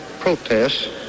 protests